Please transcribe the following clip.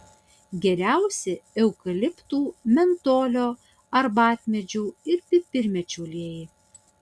geriausi eukaliptų mentolio arbatmedžių ir pipirmėčių aliejai